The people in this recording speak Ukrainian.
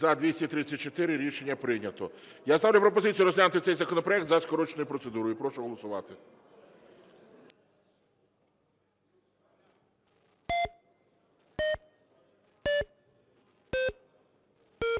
За-234 Рішення прийнято. Я ставлю пропозицію розглянути цей законопроект за скороченою процедурою. Прошу голосувати.